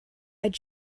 would